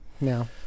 no